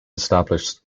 established